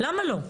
למה לא?